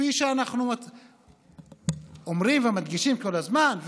כפי שאנחנו אומרים ומדגישים כל הזמן,